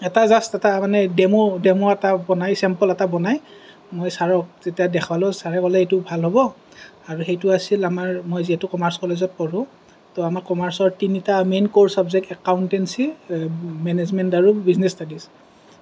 এটা জাষ্ট এটা মানে ডেম' ডেম' এটা বনাই ছেম্পল এটা বনাই মই ছাৰক যেতিয়া দেখালোঁ ছাৰে ক'লে এইটো ভাল হ'ব আৰু সেইটো আছিল আমাৰ মই যিহেতু কমাৰ্চ কলেজত পঢ়োঁ ত' আমাৰ কমাৰ্চৰ তিনিটা main core subject accountancy management আৰু বিজনেছ ষ্টাডিছ